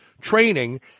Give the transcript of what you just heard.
training